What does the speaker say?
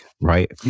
right